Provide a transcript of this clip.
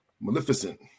Maleficent